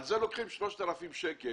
על זה לוקחים 3,000 שקל.